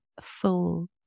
full